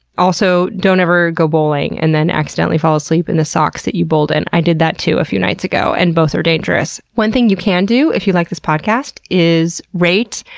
also, don't ever go bowling and then accidentally fall asleep in the socks that you bowled in. i did that too, a few nights ago. and both are dangerous. one thing you can do, if you like this podcast, is rate,